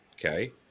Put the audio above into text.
Okay